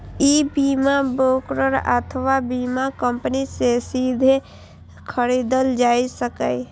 ई बीमा ब्रोकर अथवा बीमा कंपनी सं सीधे खरीदल जा सकैए